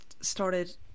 started